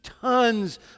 tons